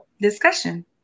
discussion